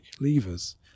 levers